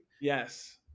Yes